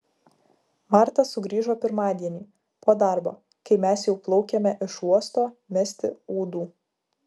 marta sugrįžo pirmadienį po darbo kai mes jau plaukėme iš uosto mesti ūdų